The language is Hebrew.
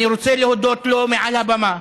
אני רוצה להודות לו מעל הבמה,